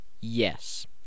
Yes